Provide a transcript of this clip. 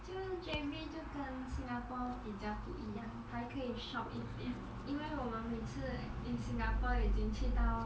就是 J_B 就跟 singapore 比较不一样还可以 shop 一点因为我们每次 in singapore 已经去到